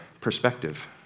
perspective